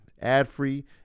ad-free